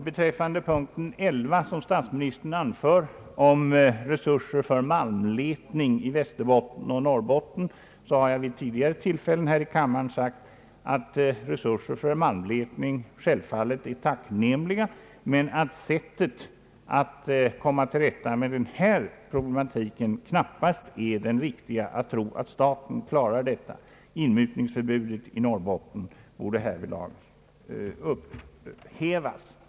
Beträffande punkten 11 om resurser för malmletning i Västerbotten och Norrbotten har jag tidigare här i kammaren sagt att sådana resurser självfallet är tacknämliga, men att sättet att komma till rätta med den här problematiken knappast är det riktiga. Man skall inte tro att staten klarar detta. Inmutningsförbudet i Norrbotten borde upphävas.